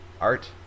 art